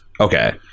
Okay